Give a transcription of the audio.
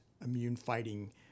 immune-fighting